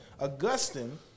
Augustine